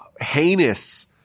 heinous